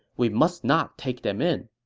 we must not take them in.